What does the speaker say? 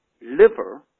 Liver